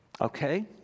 Okay